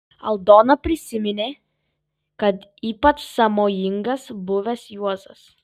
aldona prisiminė kad ypač sąmojingas buvęs juozas